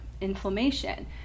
inflammation